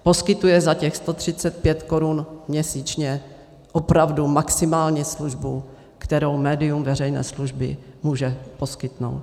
Poskytuje za těch 135 korun měsíčně opravdu maximální službu, kterou médium veřejné služby může poskytnout.